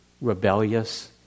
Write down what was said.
rebellious